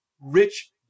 rich